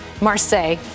Marseille